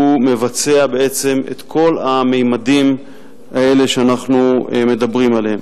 בעצם הוא מבצע את כל הממדים האלה שאנחנו מדברים עליהם.